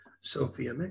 Sophia